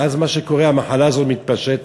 ואז מה שקורה, המחלה הזו מתפשטת,